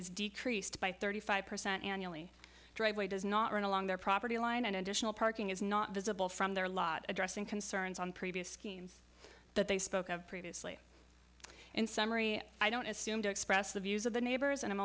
is decreased by thirty five percent annually driveway does not run along their property line and additional parking is not visible from their lot addressing concerns on previous schemes that they spoke of previously in summary i don't assume to express the views of the neighbors and i'm